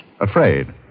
Afraid